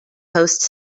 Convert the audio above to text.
host